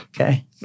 Okay